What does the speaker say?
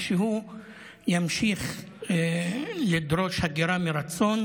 ושהוא ימשיך לדרוש הגירה מרצון